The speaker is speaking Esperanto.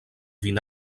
vin